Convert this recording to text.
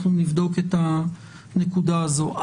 אנחנו נבדוק את הנקודה הזאת.